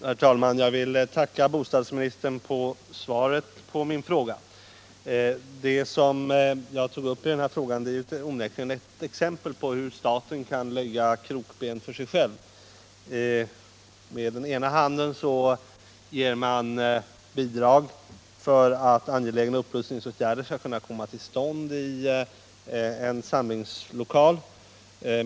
Herr talman! Jag vill tacka bostadsministern för svaret på min fråga. Det som jag tog upp i denna fråga är onekligen ett exempel på hur staten kan lägga krokben för sig själv. Med den ena handen ger man bidrag för att angelägna upprustningsåtgärder skall kunna komma till stånd i en samlingslokal.